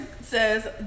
says